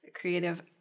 creative